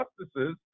justices